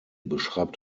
beschreibt